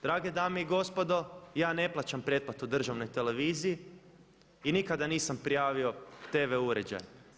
Drage dame i gospodo ja ne plaćam pretplatu državnoj televiziji i nikada nisam prijavio TV uređaj.